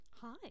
Hi